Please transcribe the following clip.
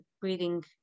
breathing